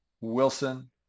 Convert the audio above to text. Wilson